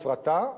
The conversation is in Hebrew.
לפרטה,